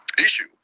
issue